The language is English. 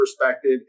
perspective